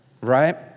right